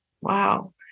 wow